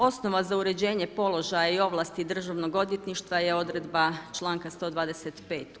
Osnova za uređenje položaja i ovlasti Državnog odvjetništva je odredba članka 125.